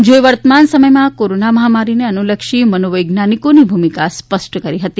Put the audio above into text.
જેઓએ વર્તમાન સમયમાં કોરોના મહામારીને અનુલક્ષીને મનોવૈજ્ઞાનિકોની ભૂમિકા સ્પષ્ટ કરી હતી